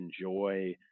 enjoy